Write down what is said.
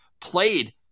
played